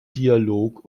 dialog